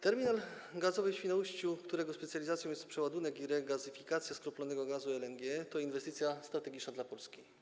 Terminal gazowy w Świnoujściu, którego specjalizacją jest przeładunek i regazyfikacja skroplonego gazu LNG, to inwestycja strategiczna dla Polski.